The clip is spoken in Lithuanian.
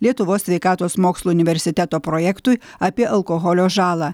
lietuvos sveikatos mokslų universiteto projektui apie alkoholio žalą